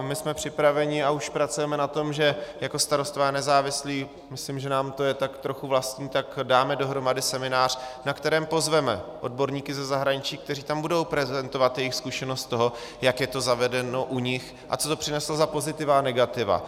My jsme připraveni, a už pracujeme na tom, že jako Starostové a nezávislí, myslím, že nám to je tak trochu vlastní, dáme dohromady seminář, na který pozveme odborníky ze zahraničí, kteří tam budou prezentovat svou zkušenost z toho, jak je to zavedeno u nich a co to přineslo za pozitiva a negativa.